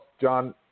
John